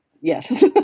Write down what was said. yes